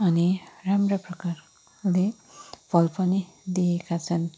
अनि राम्रो प्रकारले फल पनि दिएका छन्